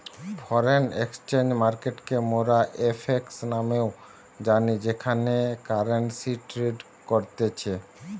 foreign exchange মার্কেটকে মোরা FX নামেও জানি যেখানে কারেন্সি ট্রেড করতিছে